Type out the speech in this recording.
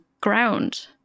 ground